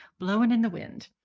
blowing in the wind.